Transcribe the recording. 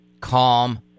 calm